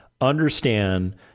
understand